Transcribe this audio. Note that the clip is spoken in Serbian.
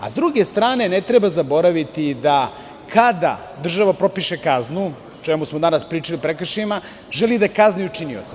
Sa druge strane, ne treba zaboraviti da kada država propiše kaznu, o čemu smo danas pričali, želi da kazni učinioca.